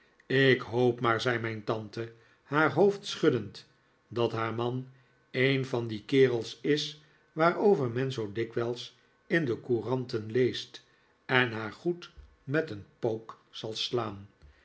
ik hoop maar zei mijn tante haar hoofd schuddend dat haar man een van die kerels is waarover men zoo dikwijls in de couranten leest en haar goed met een pook zal slaan